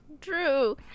True